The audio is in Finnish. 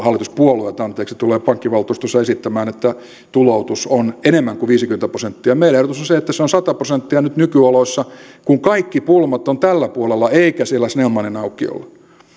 hallituspuolueet tulevat varmasti pankkivaltuustossa esittämään että tuloutus on enemmän kuin viisikymmentä prosenttia meidän ehdotuksemme on se että se on sata prosenttia nyt nykyoloissa kun kaikki pulmat ovat tällä puolella eivätkä siellä snellmaninaukiolla